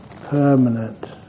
permanent